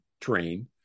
train